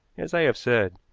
as i have said.